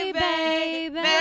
baby